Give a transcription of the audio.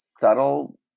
subtle